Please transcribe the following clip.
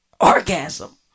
Orgasm